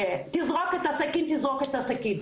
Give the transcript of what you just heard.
"תזרוק את הסכין, תזרוק את הסכין".